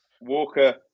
Walker